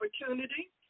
opportunity